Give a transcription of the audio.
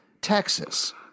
Texas